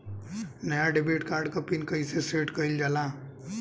नया debit card क PIN कईसे सेट कईल जाला?